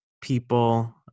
people